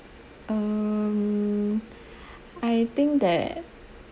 um I think that